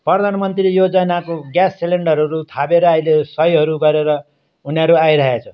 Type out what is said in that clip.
प्रधान मन्त्री योजनको ग्यास सिलिन्डरहरू थापेर अहिले सहीहरू गरेर उनीहरू आइरहेको छ